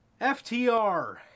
FTR